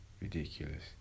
ridiculous